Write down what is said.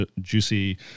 Juicy